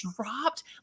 dropped